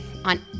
On